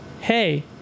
hey